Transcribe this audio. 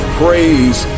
praise